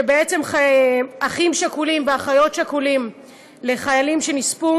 שבעצם אחים שכולים ואחיות שכולות לחיילים שנספו